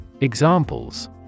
Examples